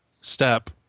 step